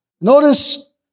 Notice